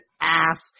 ass